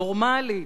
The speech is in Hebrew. נורמלית.